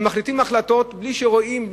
ומחליטים החלטות בלי שרואים,